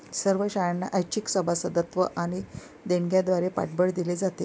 सर्व शाळांना ऐच्छिक सभासदत्व आणि देणग्यांद्वारे पाठबळ दिले जाते